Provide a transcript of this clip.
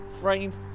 framed